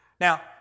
Now